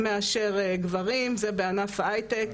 ממש לפי ענפים ספציפיים.